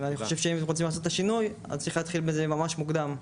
ואם רוצים לעשות שינוי אז צריך להתחיל בזה ממש מוקדם.